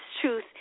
truth